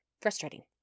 frustrating